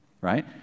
right